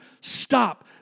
stop